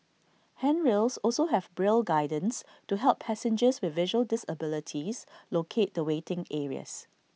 handrails also have braille guidance to help passengers with visual disabilities locate the waiting areas